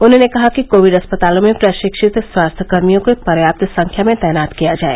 उन्होंने कहा कि कोविड अस्पतालों में प्रशिक्षित स्वास्थ्यकर्मियों को पर्याप्त संख्या में तैनात किया जाए